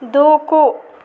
దూకు